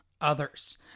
Others